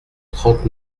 trente